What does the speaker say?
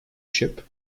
ship